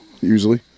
usually